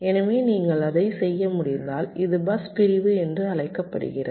எனவே நீங்கள் அதை செய்ய முடிந்தால் இது பஸ் பிரிவு என்று அழைக்கப்படுகிறது